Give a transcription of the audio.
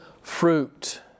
fruit